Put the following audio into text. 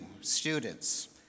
students